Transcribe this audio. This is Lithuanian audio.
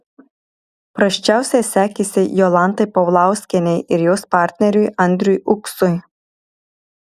prasčiausiai sekėsi jolantai paulauskienei ir jos partneriui andriui uksui